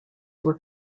were